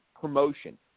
promotion